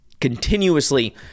continuously